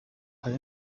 hari